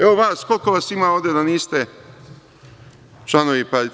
Evo, vas, koliko vas ima ovde da niste članovi partije?